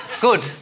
Good